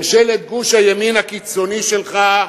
ממשלת גוש הימין הקיצוני שלך,